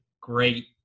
great